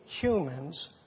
humans